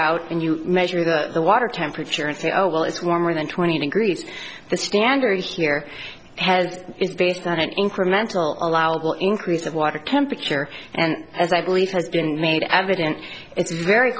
out and you measure the water temperature and say oh well it's warmer than twenty degrees the standard here has is based on an incremental allowable increase of water temperature and as i believe has been made evident it's very